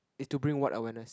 is to bring what awareness